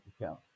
account